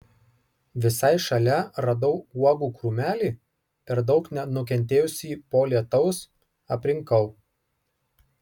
visai šalia radau uogų krūmelį per daug nenukentėjusį po lietaus aprinkau